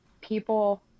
people